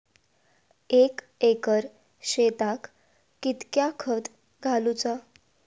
एक एकर शेताक कीतक्या खत घालूचा?